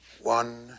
One